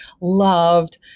loved